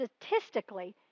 statistically